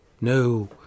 No